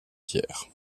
pierre